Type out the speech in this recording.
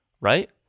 Right